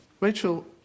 Rachel